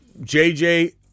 JJ